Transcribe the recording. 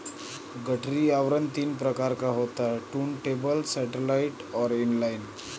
गठरी आवरण तीन प्रकार का होता है टुर्नटेबल, सैटेलाइट और इन लाइन